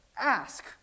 ask